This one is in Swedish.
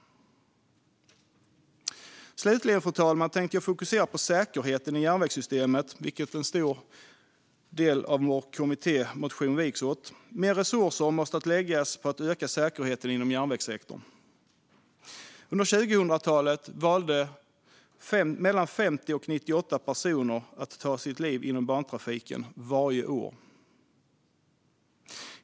Fru talman! Låt mig också fokusera på säkerheten i järnvägssystemet, vilket en stor del av vår kommittémotion viks åt. Mer resurser måste läggas på att öka säkerheten inom järnvägssektorn. Under 2000-talet valde årligen mellan 50 och 98 personer att ta sitt liv inom bantrafiken.